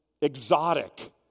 exotic